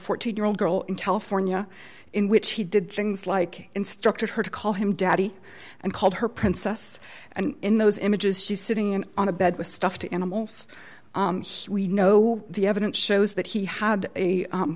fourteen year old girl in california in which he did things like instructed her to call him daddy and called her princess and in those images she sitting in on a bed with stuffed animals we know the evidence shows that he had a